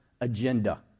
agenda